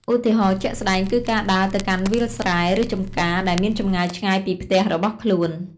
ឧទាហរណ៍ជាក់ស្តែងគឺការដើរទៅកាន់វាលស្រែ ឬចំការដែលមានចម្ងាយឆ្ងាយពីផ្ទះរបស់ខ្លួន។